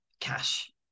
cash